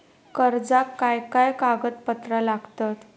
कर्जाक काय काय कागदपत्रा लागतत?